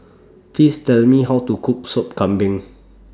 Please Tell Me How to Cook Sup Kambing